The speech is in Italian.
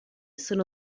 sono